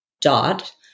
dot